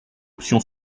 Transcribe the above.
option